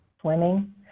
swimming